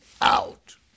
out